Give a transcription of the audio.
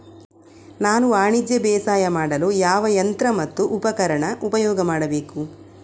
ನಾನು ವಾಣಿಜ್ಯ ಬೇಸಾಯ ಮಾಡಲು ಯಾವ ಯಂತ್ರ ಮತ್ತು ಉಪಕರಣ ಉಪಯೋಗ ಮಾಡಬೇಕು?